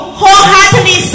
wholeheartedly